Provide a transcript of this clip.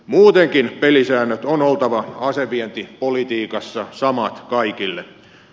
muutenkin pelisääntöjen on oltava asevientipolitiikassa samat kaikille